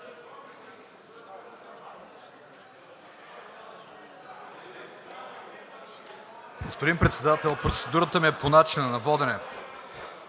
Господин Председател, процедурата ми е по начина на водене.